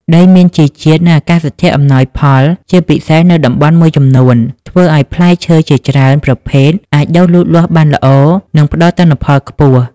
ដីមានជីជាតិ និងអាកាសធាតុអំណោយផល ជាពិសេសនៅតំបន់មួយចំនួន ធ្វើឲ្យផ្លែឈើជាច្រើនប្រភេទអាចដុះលូតលាស់បានល្អ និងផ្តល់ទិន្នផលខ្ពស់។